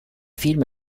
film